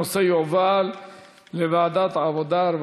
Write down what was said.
הנושא יועבר לוועדת העבודה,